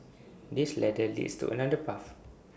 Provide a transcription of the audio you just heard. this ladder leads to another path